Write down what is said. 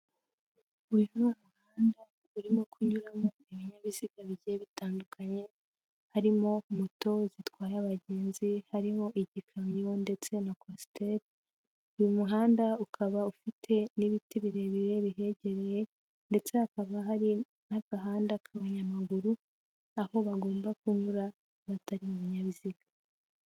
Uyu ni umuhanda urimo kunyuramo ibinyabiziga bigiye bitandukanye, harimo moto zitwaye abagenzi, harimo igikamyo, ndetse na kwasiteri. Uyu muhanda ukaba ufite n'ibiti birebire bihegereye ndetse hakaba hari n'agahanda k'abanyamaguru, aho bagomba kunyura batari mu binyabiziga.